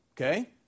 okay